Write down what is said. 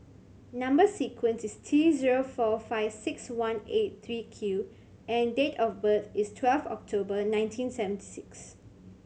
number sequence is T zero four five six one eight three Q and date of birth is twelve October nineteen seventy six